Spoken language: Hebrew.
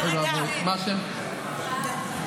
ברגע הזה,